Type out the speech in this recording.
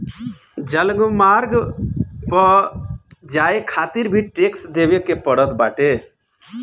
जलमार्ग पअ जाए खातिर भी टेक्स देवे के पड़त बाटे